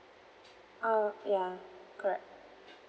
uh ya correct